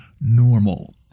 normal